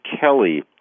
Kelly